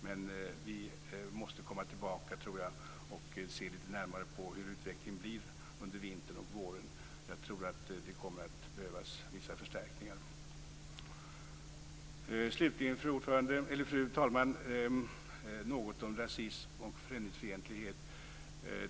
Men jag tror att vi måste komma tillbaka och se litet närmare på hur utvecklingen blir under vintern och våren. Jag tror att det kommer att behövas vissa förstärkningar. Slutligen, fru talman, vill jag säga något om rasism och främlingsfientlighet.